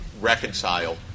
reconcile